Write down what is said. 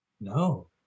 No